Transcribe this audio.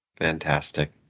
Fantastic